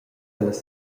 dallas